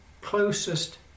closest